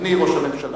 אדוני ראש הממשלה.